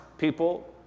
People